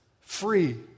Free